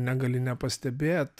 negali nepastebėt